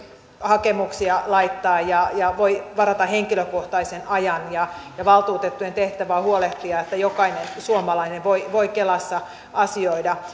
hakemuksia laittaa ja ja voi varata henkilökohtaisen ajan valtuutettujen tehtävä on huolehtia että jokainen suomalainen voi voi kelassa asioida